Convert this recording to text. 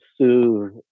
soothe